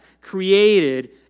created